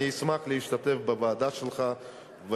אשמח להשתתף בוועדה שלך,